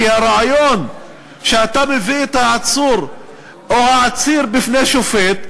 כי הרעיון שאתה מביא את העצור או העציר בפני שופט,